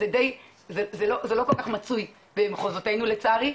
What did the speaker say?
זה לא כל כך מצוי במחוזותינו לצערי,